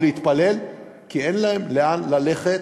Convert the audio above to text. או להתפלל, כי אין להם לאן ללכת.